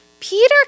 Peter